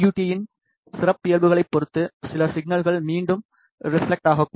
D இன் சிறப்பியல்புகளைப் பொறுத்து சில சிக்னல்கள் மீண்டும் ரெப்ளெக்டாகக்கூடும்